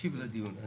שאלות נוספות?